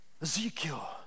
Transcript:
Ezekiel